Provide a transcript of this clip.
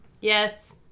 Yes